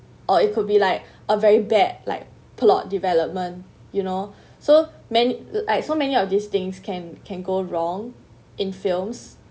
or it could be like a very bad like plot development you know so many like so many of these things can can go wrong in films